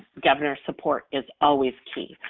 governor support is always key.